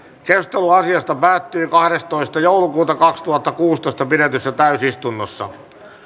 keskustelu asiasta päättyi kahdestoista kahdettatoista kaksituhattakuusitoista pidetyssä kolmannessa täysistunnossa